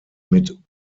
mit